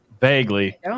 Vaguely